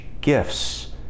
gifts